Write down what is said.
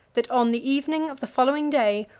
that on the evening of the following day,